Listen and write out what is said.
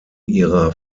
ihrer